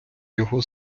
його